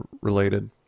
related